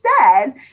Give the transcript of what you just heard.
says